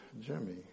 Jimmy